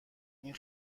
این